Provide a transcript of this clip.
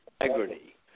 integrity